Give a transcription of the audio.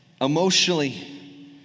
emotionally